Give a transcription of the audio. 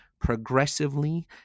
progressively